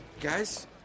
Guys